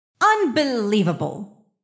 Unbelievable